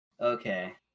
Okay